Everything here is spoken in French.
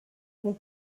mon